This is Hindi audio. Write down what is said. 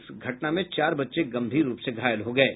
इस घटना में चार बच्चे गंभीर रूप से घायल हो गये